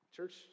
Church